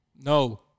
No